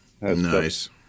Nice